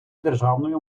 державною